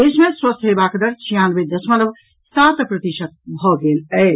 देश मे स्वस्थ होयवाक दर छियानवे दशमलव सात प्रतिशत भऽ गेल अछि